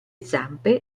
zampe